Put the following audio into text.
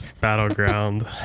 battleground